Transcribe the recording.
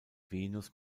venus